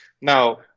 Now